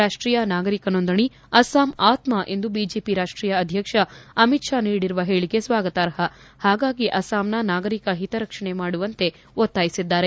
ರಾಷ್ಟೀಯ ನಾಗರಿಕ ನೊಂದಣಿ ಅಸ್ಲಾಂ ಆತ್ಮ ಎಂದು ಬಿಜೆಪಿ ರಾಷ್ಟೀಯ ಅಧ್ಯಕ್ಷ ಅಮಿತ್ ಷಾ ನೀಡಿರುವ ಹೇಳಕೆ ಸ್ವಾಗತಾರ್ಹ ಹಾಗಾಗಿ ಅಸ್ವಾಂನ ನಾಗರಿಕ ಹಿತ ರಕ್ಷಣೆ ಮಾಡುವಂತೆ ಒತ್ತಾಯಿಸಿದ್ದಾರೆ